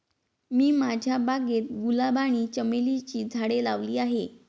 मी माझ्या बागेत गुलाब आणि चमेलीची झाडे लावली आहे